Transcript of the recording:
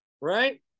right